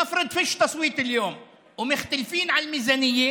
נניח שאין הצבעה היום ואין הסכמה על התקציב,